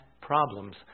problems